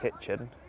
kitchen